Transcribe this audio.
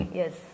yes